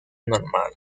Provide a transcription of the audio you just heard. normal